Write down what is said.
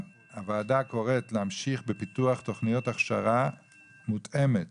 הוועדה קוראת להמשיך בפיתוח תכניות הכשרה מותאמות